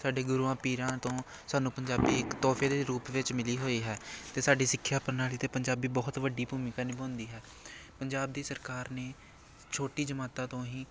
ਸਾਡੇ ਗੁਰੂਆਂ ਪੀਰਾਂ ਤੋਂ ਸਾਨੂੰ ਪੰਜਾਬੀ ਇੱਕ ਤੋਹਫੇ ਦੇ ਰੂਪ ਵਿੱਚ ਮਿਲੀ ਹੋਈ ਹੈ ਅਤੇ ਸਾਡੀ ਸਿੱਖਿਆ ਪ੍ਰਣਾਲੀ 'ਤੇ ਪੰਜਾਬੀ ਬਹੁਤ ਵੱਡੀ ਭੂਮਿਕਾ ਨਿਭਾਉਂਦੀ ਹੈ ਪੰਜਾਬ ਦੀ ਸਰਕਾਰ ਨੇ ਛੋਟੀ ਜਮਾਤਾਂ ਤੋਂ ਹੀ